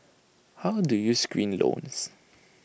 how do you screen loans